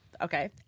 okay